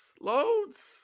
loads